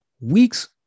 weeks